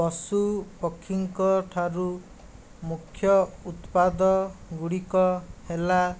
ପଶୁପକ୍ଷୀଙ୍କ ଠାରୁ ମୁଖ୍ୟ ଉତ୍ପାଦଗୁଡ଼ିକ ହେଲା